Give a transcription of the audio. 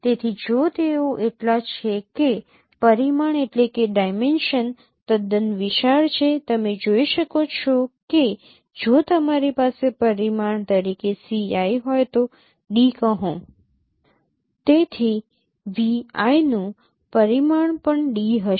તેથી જો તેઓ એટલા છે કે પરિમાણ તદ્દન વિશાળ છે તમે જોઈ શકો છો કે જો તમારી પાસે પરિમાણ તરીકે Ci હોય તો D કહો તેથી vi નું પરિમાણ પણ D હશે